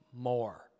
more